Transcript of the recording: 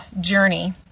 journey